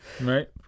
Right